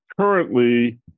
currently